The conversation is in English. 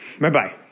Bye-bye